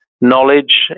knowledge